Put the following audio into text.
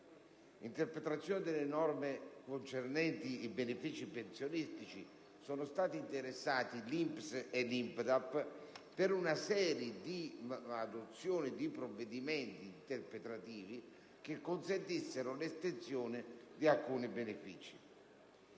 l'interpretazione delle norme concernenti i benefici pensionistici sono stati interessati l'INPS e l'INPDAP, per l'adozione di una serie di provvedimenti interpretativi che consentissero l'estensione di alcuni benefici.